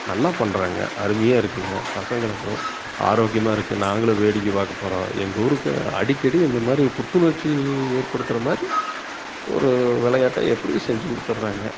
நல்லா பண்ணுறாங்க அருமையாக இருக்குதுங்க பசங்களுக்கும் ஆரோக்கியமாக இருக்குது நாங்களும் வேடிக்கை பார்க்க போகிறோம் எங்கள் ஊருக்கு அடிக்கடி இந்த மாதிரி புத்துணர்ச்சி ஏற்படுத்துகிற மாதிரி ஒரு வெளையாட்டை எப்படியும் செஞ்சு கொடுத்துட்றாங்க